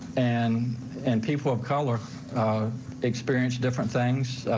and and people of color experience different things.